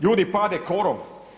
Ljudi pale korov.